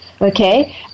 okay